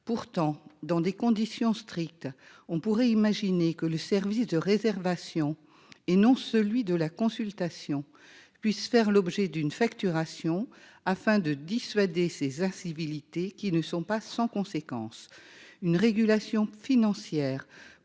Pourtant dans des conditions strictes. On pourrait imaginer que le service de réservation et non celui de la consultation puisse faire l'objet d'une facturation afin de dissuader ces incivilités qui ne sont pas sans conséquences, une régulation financière.